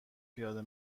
پیاده